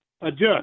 adjust